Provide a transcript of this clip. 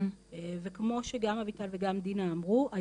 וכמו שגם אביטל וגם דינה אמרו,